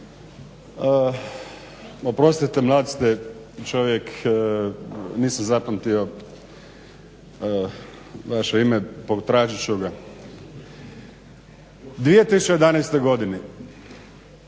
Oprostite, mlad ste čovjek, nisam zapamtio vaše ime, potražit ću ga. U 2011. godini